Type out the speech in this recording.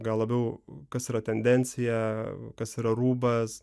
gal labiau kas yra tendencija kas yra rūbas